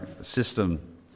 system